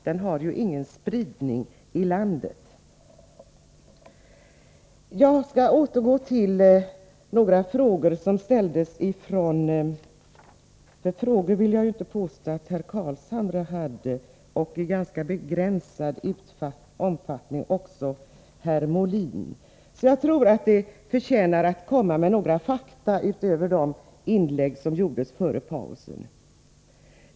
Det är alltså inte fråga om någon spridning utanför storstadsområdena. Nu är det på sin plats med några fakta, utöver det som sades i inläggen före pausen.